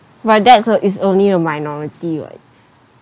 but that's uh is only the minority right